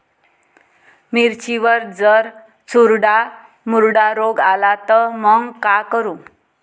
मिर्चीवर जर चुर्डा मुर्डा रोग आला त मंग का करू?